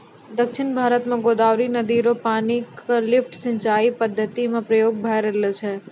दक्षिण भारत म गोदावरी नदी र पानी क लिफ्ट सिंचाई पद्धति म प्रयोग भय रहलो छै